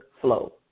flow